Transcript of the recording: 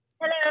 Hello